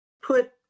put